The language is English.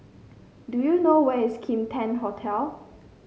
do you know where is Kim Tian Hotel